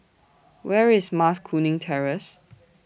Where IS Mas Kuning Terrace